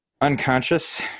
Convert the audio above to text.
unconscious